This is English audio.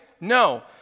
No